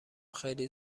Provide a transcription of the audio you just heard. خیلی